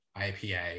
IPA